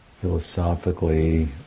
philosophically